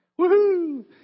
Woohoo